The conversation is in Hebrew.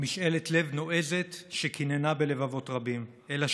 משאלת לב נועזת שקיננה בלבבות רבים אלא